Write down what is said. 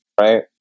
right